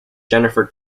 jennifer